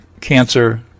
cancer